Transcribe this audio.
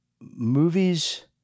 movies